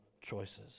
choices